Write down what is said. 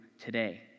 today